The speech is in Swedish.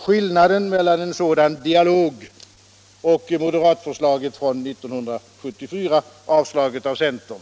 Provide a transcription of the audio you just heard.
Skillnaden mellan en sådan dialog och moderatförslaget från 1974, avstyrkt av centern,